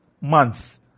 Month